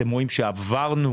מה שנקרא